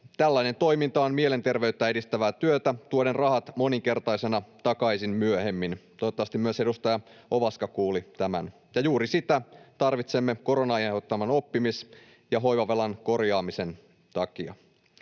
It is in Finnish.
Tällainen toiminta on mielenterveyttä edistävää työtä, joka tuo rahat moninkertaisena takaisin myöhemmin. — Toivottavasti myös edustaja Ovaska kuuli tämän. — Ja juuri sitä tarvitsemme koronan aiheuttaman oppimis‑ ja hoivavelan korjaamisen takia.